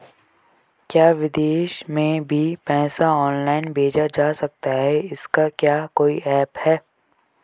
क्या विदेश में भी पैसा ऑनलाइन भेजा जा सकता है इसका क्या कोई ऐप है?